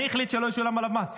מי החליט שלא ישולם עליו מס?